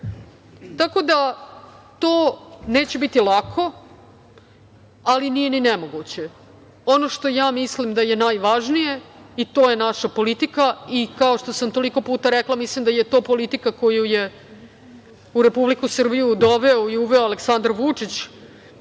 EU.To neće biti lako, ali nije ni nemoguće. Ono što ja mislim da je najvažnije i to je naša politika i kao što sam toliko puta rekla, mislim da je to politika koju je u Republiku Srbiju doveo i uveo Aleksandar Vučić,